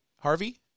Harvey